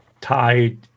tied